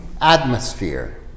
Atmosphere